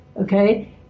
okay